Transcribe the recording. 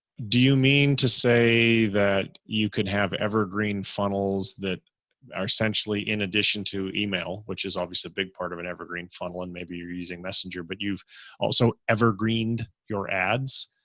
do you mean to say that you could have evergreen funnels that are essentially in addition to email, which is obviously a big part of an evergreen funnel and maybe you're using messenger, but you've also evergreened your ads.